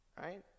Right